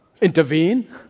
intervene